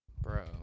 bro